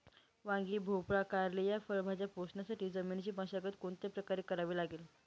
वांगी, भोपळा, कारली या फळभाज्या पोसण्यासाठी जमिनीची मशागत कोणत्या प्रकारे करावी लागेल?